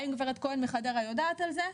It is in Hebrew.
האם גב' כהן מחדרה יודעת על זה?